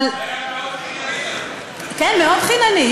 אבל, זה היה מאוד, כן, מאוד חינני.